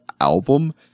album